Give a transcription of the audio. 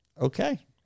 okay